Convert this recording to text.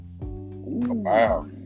Wow